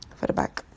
for the back